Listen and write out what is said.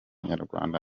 nyarwanda